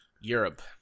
Europe